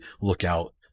lookout